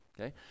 okay